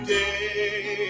day